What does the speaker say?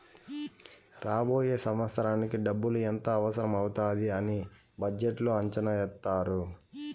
రాబోయే సంవత్సరానికి డబ్బులు ఎంత అవసరం అవుతాది అని బడ్జెట్లో అంచనా ఏత్తారు